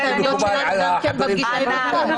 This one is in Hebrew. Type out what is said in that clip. הסוגיות בפגישה עם השר.